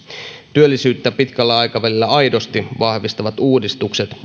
työllisyyttä pitkällä aikavälillä aidosti vahvistavat uudistukset